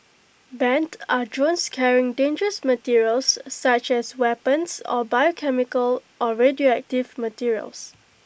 banned are drones carrying dangerous materials such as weapons or biochemical or radioactive materials